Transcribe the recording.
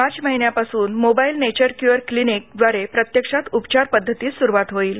मार्च महिन्यापासून mobile nature cure clinic व्दारे प्रत्यक्षात उपचार पद्धतीस सुरवात होईल